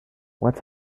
what